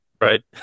Right